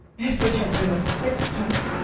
if it had been sixpence!